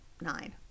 nine